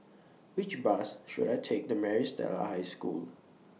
Which Bus should I Take to Maris Stella High School